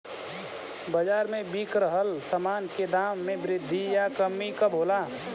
बाज़ार में बिक रहल सामान के दाम में वृद्धि या कमी कब होला?